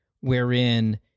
wherein